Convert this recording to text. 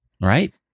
right